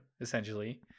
essentially